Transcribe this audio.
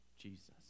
jesus